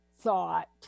thought